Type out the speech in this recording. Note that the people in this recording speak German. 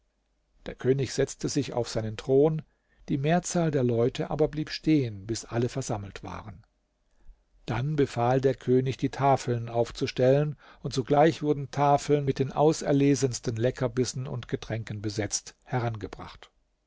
der könig setzte sich auf seinen thron die mehrzahl der leute aber blieb stehen bis alle versammelt waren dann befahl der könig die tafeln aufzustellen und sogleich wurden tafeln mit den auserlesensten leckerbissen und getränken besetzt herangebracht